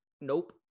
Nope